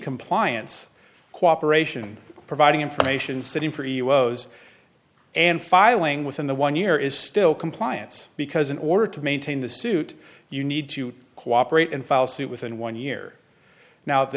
compliance cooperation providing information sitting for us and filing within the one year is still compliance because in order to maintain the suit you need to cooperate and file suit within one year now the